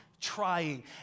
trying